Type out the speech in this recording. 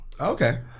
Okay